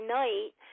night